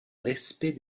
respect